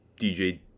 DJ